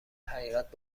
حقیقت